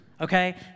Okay